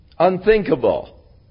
unthinkable